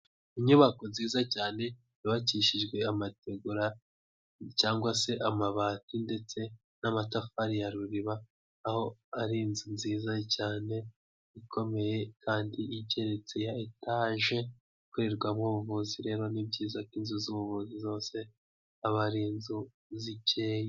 Inyubako nziza cyane yubakishijwe amategura cyangwa se amabati ndetse n'amatafari ya Ruriba, aho ari inzu nziza cyane ikomeye kandi iteretse ya itaje ikorerwamo ubuvuzi. Rero ni byiza ko inzu z'ubuvuzi zose aba ari inzu zikeye.